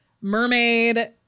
mermaid